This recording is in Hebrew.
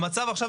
המצב עכשיו,